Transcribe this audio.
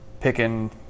picking